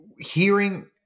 hearing